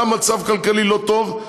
גם מצב כלכלי לא טוב,